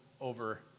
over